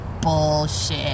bullshit